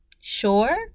sure